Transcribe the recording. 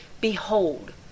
Behold